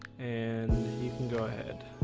and you can go ahead